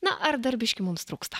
na ar dar biški mums trūksta